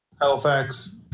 Halifax